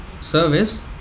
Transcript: service